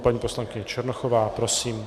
Paní poslankyně Černochová, prosím.